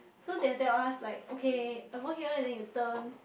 so they will tell us like okay over here then you turn